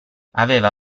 aveva